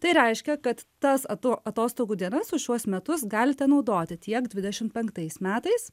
tai reiškia kad tas ato atostogų dienas už šiuos metus galite naudoti tiek dvidešimt penktais metais